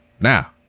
Now